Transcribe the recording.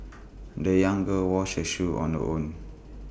the young girl washed her shoes on her own